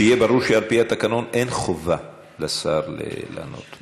שיהיה ברור שלפי התקנון אין חובה לשר לענות.